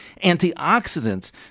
antioxidants